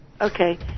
Okay